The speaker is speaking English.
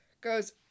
goes